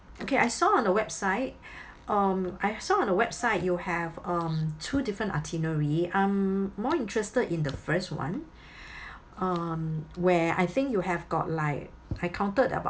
okay I saw on the website um I saw on the website you have um two different itinerary I'm more interested in the first [one] um where I think you have got like I counted about